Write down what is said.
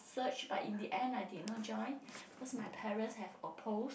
search but in the end I did not join because my parents have oppose